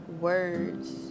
words